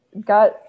got